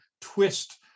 twist